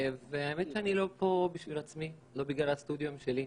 האמת שאני לא פה בשביל עצמי ולא בגלל הסטודיואים שלי.